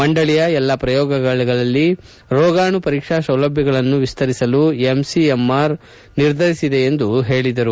ಮಂಡಳಯ ಎಲ್ಲ ಶ್ರಯೋಗಾಲಯಗಳಲ್ಲಿ ರೋಗಾಣು ಪರೀಕ್ಷಾ ಸೌಲಭ್ಯಗಳನ್ನು ವಿಸ್ತರಿಸಲು ಐಸಿಎಂಆರ್ ನಿರ್ಧರಿಸಿದೆ ಎಂದು ಅವರು ಹೇಳದರು